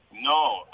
No